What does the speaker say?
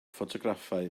ffotograffau